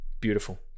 beautiful